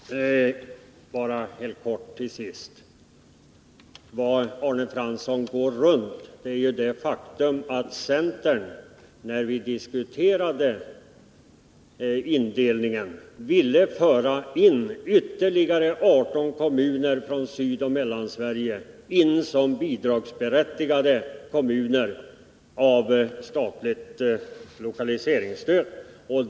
Herr talman! Till sist vill jag bara göra en kort kommentar. Vad Arne Fransson går runt är ju det faktum att centern, när vi diskuterade indelningen, ville att ytterligare 18 kommuner från Sydoch Mellansverige skulle bli berättigade till statligt lokaliseringsstöd.